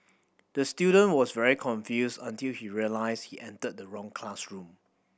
the student was very confused until he realised he entered the wrong classroom